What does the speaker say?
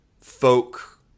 folk